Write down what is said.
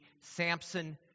Samson